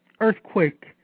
Earthquake